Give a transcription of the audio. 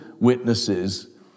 witnesses